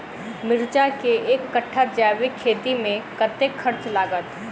मिर्चा केँ एक कट्ठा जैविक खेती मे कतेक खर्च लागत?